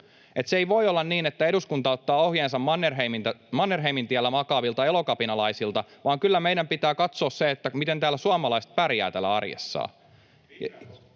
Se ei voi olla niin, että eduskunta ottaa ohjeensa Mannerheimintiellä makaavilta elokapinalaisilta, vaan kyllä meidän pitää katsoa, miten suomalaiset pärjäävät täällä arjessaan.